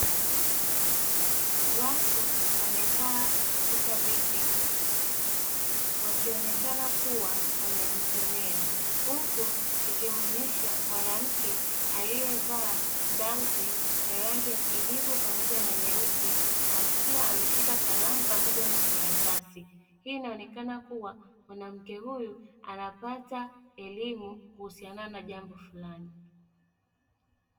Watu wamekaa katika viti wakionekana kuwa wanajisomea huku ikimwonyesha mwanamke aliyevaa blauzi ya rangi ya kijivu pamoja na nyeusi akiwa ameshika kalamu pamoja na karatasi, hii inaonekana kuwa mwanamke huyu anapata elimu kuhusiana na jambo fulani.